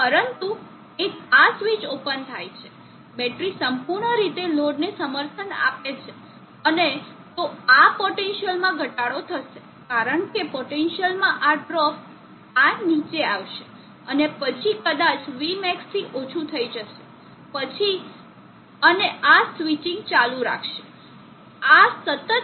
પરંતુ એક આ સ્વિચ ઓપન થાય છે બેટરી સંપૂર્ણ રીતે લોડને સમર્થન આપે છે અને તો આ પોટેન્સીઅલમાં ઘટાડો થશે કારણ કે પોટેન્સીઅલમાં આ ડ્રોપ આ નીચે આવશે અને પછી કદાચ vmax થી ઓછું થઈ જશે પછી અને આ સ્વિચિંગ ચાલુ રાખશે